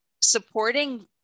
supporting